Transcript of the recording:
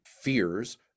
fears